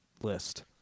list